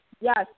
Yes